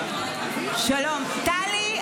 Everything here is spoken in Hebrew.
שלום, טלי.